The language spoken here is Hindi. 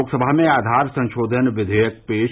लोकसभा में आधार संशोधन विधेयक पेश